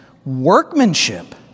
workmanship